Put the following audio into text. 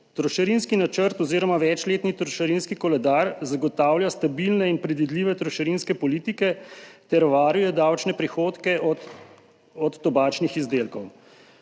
Trošarinski načrt oziroma večletni trošarinski koledar zagotavlja stabilne in predvidljive trošarinske politike ter varuje davčne prihodke od tobačnih izdelkov.